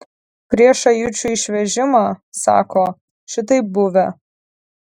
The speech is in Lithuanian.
prieš ajučių išvežimą sako šitaip buvę